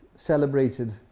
celebrated